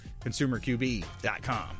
ConsumerQB.com